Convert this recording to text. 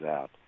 out